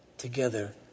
together